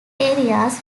areas